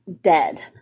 dead